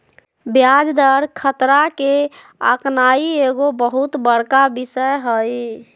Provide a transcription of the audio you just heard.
ब्याज दर खतरा के आकनाइ एगो बहुत बड़का विषय हइ